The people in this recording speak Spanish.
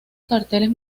carteles